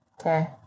okay